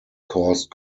caused